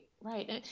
right